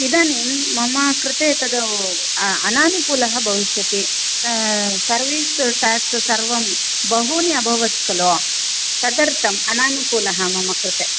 इदानीं मम कृते तद् अ अननुकूलः भविष्यति सर्विस् टेक्स् सर्वं बहूनि अभवत् खलु तदर्थं अननुकूलः मम कृते